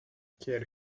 kid